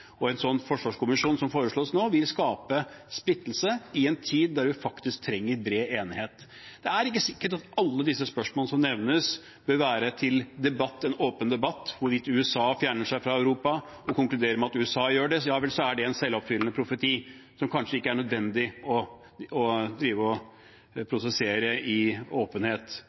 og en sånn forsvarskommisjon som foreslås nå, vil skape splittelse i en tid der vi faktisk trenger bred enighet. Det er ikke sikkert at alle disse spørsmålene som nevnes, bør være til debatt – en åpen debatt om hvorvidt USA fjerner seg fra Europa. Og konkluderer vi med at USA gjør det, ja vel, så er det en selvoppfyllende profeti som det kanskje ikke er nødvendig å prosessere i åpenhet. Man diskuterer dette i